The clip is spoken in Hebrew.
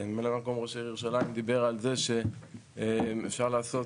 מ"מ ראש העיר ירושלים דיבר על זה שאפשר לעשות